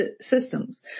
systems